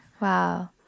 Wow